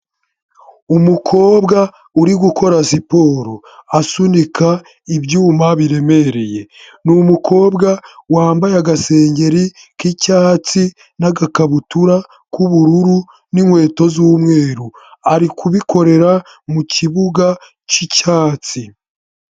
Umukobwa uri gukora, siporo asunika ibyuma biremereye. Ni umukobwa wambaye agasengeri k'icyatsi n'agakabutura k'ubururu n'inkweto z'umweru, ari kubikorera mu kibuga cy'icyatsi.